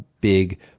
big